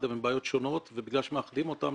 אבל הן בעיות שונות ובגלל שמאחדים אותן,